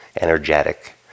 energetic